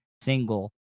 single